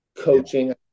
coaching